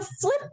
flip